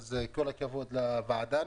אז כל הכבוד לוועדה.